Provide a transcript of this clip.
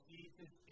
Jesus